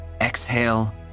Exhale